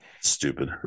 Stupid